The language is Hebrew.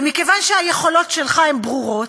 ומכיוון שהיכולות שלך הן ברורות,